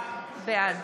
בעד